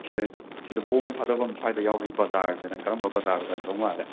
ꯁꯤꯗ ꯁꯤꯗ ꯕꯣꯝ ꯊꯥꯗꯕꯝ ꯁ꯭ꯋꯥꯏꯗ ꯌꯥꯎꯔꯤ ꯕꯖꯥꯔꯁꯤ ꯅꯪ ꯀꯔꯝꯕ ꯕꯖꯥꯔ ꯑꯣꯏꯔꯝꯗꯧ ꯃꯥꯜꯂꯦ